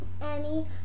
Annie